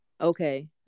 Okay